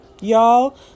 y'all